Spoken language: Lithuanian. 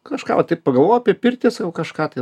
kažką va taip pagalvojau apie pirtį sakau kažką tai